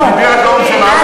מדינת לאום של העם הפלסטיני כן,